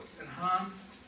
enhanced